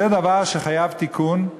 זה דבר שחייב תיקון,